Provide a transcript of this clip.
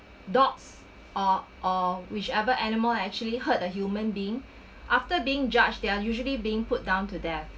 dogs or or whichever animal actually heard a human being after being judge they're usually being put down to death